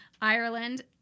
Ireland